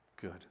Good